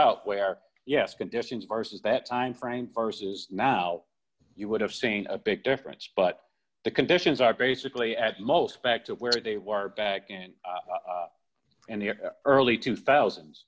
out where yes conditions versus that time frame versus now you would have seen a big difference but the conditions are basically as most back to where they were back in and the early two thousand